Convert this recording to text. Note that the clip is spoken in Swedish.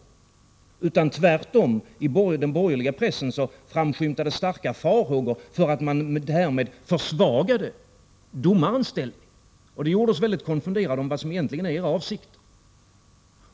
Tvärtom framskymtade i den borgerliga pressen starka farhågor för att man därmed försvagade domarens ställning. Det gjorde oss osäkra om vad som egentligen är er avsikt.